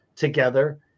together